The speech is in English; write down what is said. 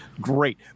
great